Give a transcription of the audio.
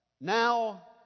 Now